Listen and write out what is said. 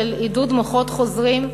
של עידוד מוחות חוזרים,